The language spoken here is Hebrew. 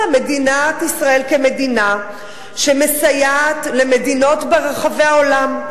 מדינת ישראל כמדינה שמסייעת למדינות ברחבי העולם.